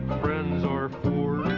friends are for